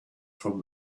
from